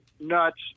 nuts